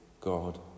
God